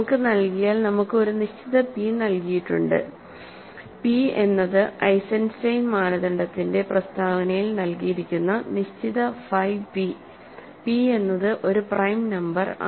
നമുക്ക് നൽകിയാൽ നമുക്ക് ഒരു നിശ്ചിത പി നൽകിയിട്ടുണ്ട്പി എന്നത് ഐസൻസ്റ്റൈൻ മാനദണ്ഡത്തിന്റെ പ്രസ്താവനയിൽ നൽകിയിരിക്കുന്ന നിശ്ചിത ഫൈ പി പി എന്നത് ഒരു പ്രൈം നമ്പർ ആണ്